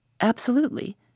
Absolutely